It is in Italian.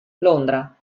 londra